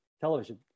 television